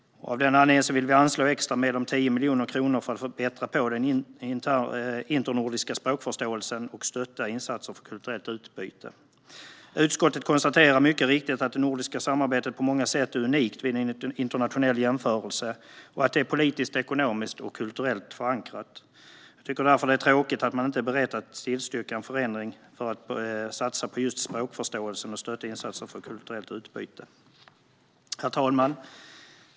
Av den anledningen vill vi anslå extra medel om 10 miljoner kronor för att bättra på den internordiska språkförståelsen och stötta insatser för kulturellt utbyte. Utskottet konstaterar mycket riktigt att det nordiska samarbetet på många sätt är unikt vid en internationell jämförelse och att det är politiskt, ekonomiskt och kulturellt förankrat. Jag tycker därför att det är tråkigt att man inte är beredd att tillstyrka en förändring för att satsa på just språkförståelsen och stötta insatser för kulturellt utbyte. Herr talman!